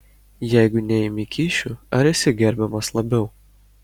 jeigu neimi kyšių ar esi gerbiamas labiau